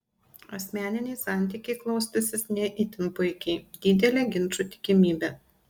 asmeniniai santykiai klostysis ne itin puikiai didelė ginčų tikimybė